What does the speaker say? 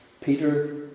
Peter